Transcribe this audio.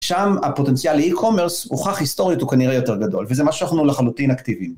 שם הפוטנציאל e-commerce הוכח היסטוריות הוא כנראה יותר גדול, וזה מה שאנחנו לחלוטין אקטיבים.